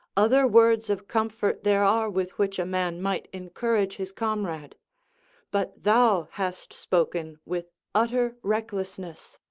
other words of comfort there are with which a man might encourage his comrade but thou hast spoken with utter recklessness.